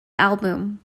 album